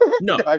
No